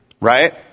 Right